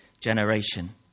generation